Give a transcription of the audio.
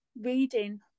reading